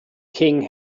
king